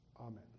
Amen